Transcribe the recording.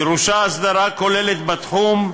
דרושה הסדרה כוללת בתחום,